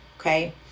Okay